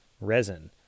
resin